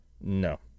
No